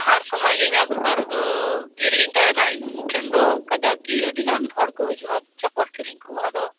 ᱦᱟᱨ ᱥᱚᱢᱚᱭ ᱜᱮ ᱤᱧᱟᱹᱜ ᱫᱚᱠᱟᱱ ᱨᱮᱫᱚ ᱵᱷᱤᱲ ᱜᱮᱧ ᱛᱟᱦᱮᱱᱟ ᱤᱧ ᱴᱷᱮᱱ ᱫᱚ ᱠᱟᱡᱟᱠ ᱟᱹᱰᱤ ᱜᱟᱱ ᱦᱚᱲ ᱠᱚ ᱦᱤᱡᱩᱜᱼᱟ ᱪᱚᱯᱚᱞ ᱠᱤᱨᱤᱧ ᱠᱚ ᱟᱫᱚ